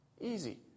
Easy